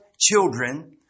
children